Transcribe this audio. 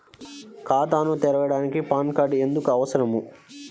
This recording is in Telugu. ఖాతాను తెరవడానికి పాన్ కార్డు ఎందుకు అవసరము?